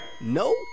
No